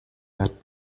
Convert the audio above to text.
werden